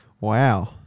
Wow